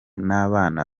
n’abana